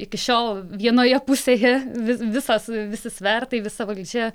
iki šiol vienoje pusėje visas visi svertai visa valdžia